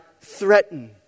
threaten